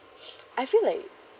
I feel like